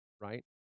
right